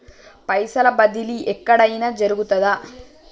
పైసల బదిలీ ఎక్కడయిన జరుగుతదా?